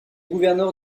gouverneur